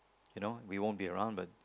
you know we won't be around but